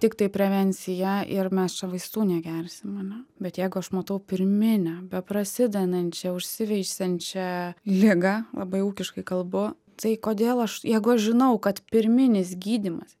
tiktai prevencija ir mes čia vaistų negersim ane bet jeigu aš matau pirminę beprasidedančią užsiveisiančią ligą labai ūkiškai kalbu tai kodėl aš jeigu aš žinau kad pirminis gydymas